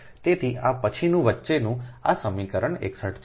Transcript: તેથી આ પછીની વચ્ચેનું આ સમીકરણ 61 છે